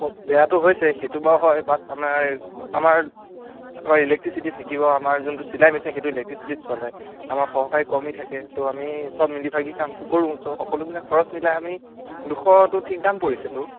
অ' বেয়াতো হৈছেই সেটো বাৰু হয় বাট আমাৰ আমাৰ আমাৰ ইলেক্ট্ৰিচিটি থাকিব আমাৰ যোনটো চিলাই মেচিন সেইটো ইলেক্ট্ৰিচিটিত চলে আমাৰ সহকাৰী কৰ্মী থাকে তো আমি চব মিলি ভাগি কামটো কৰোঁ ছ' সকলোবিলাক খৰচ মিলাই আমি দুশটো ঠিক দাম পৰিছেতো